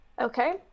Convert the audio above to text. okay